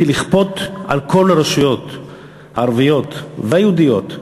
לכפות על כל הרשויות הערביות והיהודיות,